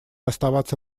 оставаться